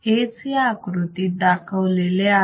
हेच या आकृतीत दाखवलेले आहे